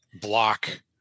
block